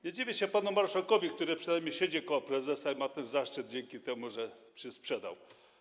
Nie dziwię się panu marszałkowi, który przynajmniej siedzi koło prezesa i ma ten zaszczyt dzięki temu, że się sprzedał.